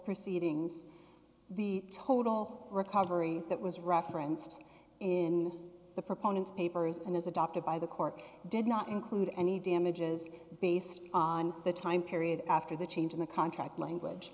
proceedings the total recovery that was referenced in the proponents papers and is adopted by the court did not include any damages based on the time period after the change in the contract language